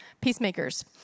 peacemakers